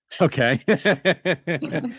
Okay